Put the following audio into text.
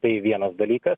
tai vienas dalykas